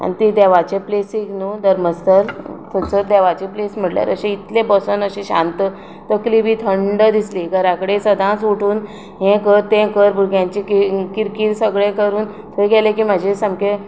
आनी ती देवाचे प्लेसीक न्हू धर्मस्थल थंयसर देवाची प्लेस म्हटल्यार अशें इतलो बसून अशे शांत तकली बीन थंड दिसली घरा कडेन सदांच उठून हें कर तें कर भुरग्यांची किरकीर सगलें करून थंय गेले की म्हाजें सामकें